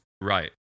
right